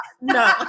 no